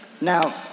Now